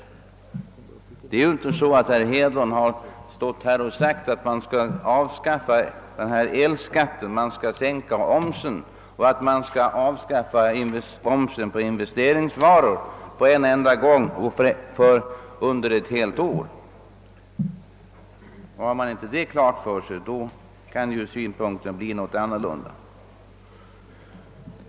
Det förhåller sig inte så att herr Hedlund påstått, att man skall avskaffa elskatten, sänka omsättningsskatten och avskaffa omsen på investeringsvaror på en enda gång och under samma år. Har man inte det klart för sig, kan givetvis synpunkterna bli annorlunda.